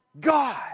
God